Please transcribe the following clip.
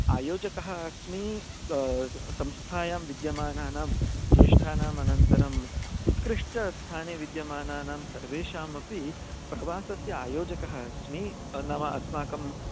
आयोजकः अस्मि संस्थायां विद्यमानानां ज्येष्ठानाम् अनन्तरम् उत्कृष्टस्थाने विद्यमानानां सर्वेषामपि प्रवासस्य आयोजकः अस्मि नाम अस्माकं